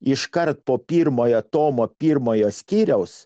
iškart po pirmojo tomo pirmojo skyriaus